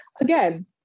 again